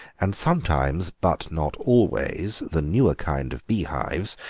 and sometimes, but not always, the newer kind of beehives,